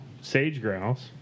sage-grouse